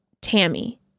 Tammy